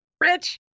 Rich